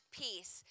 peace